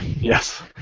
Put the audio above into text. Yes